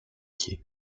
quai